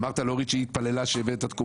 אמרת לאורית שהיא התפללה --- יפונה,